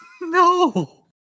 No